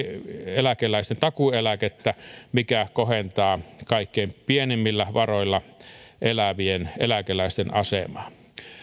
eläkeläisten takuueläkettä mikä kohentaa kaikkein pienimmillä varoilla elävien eläkeläisten asemaa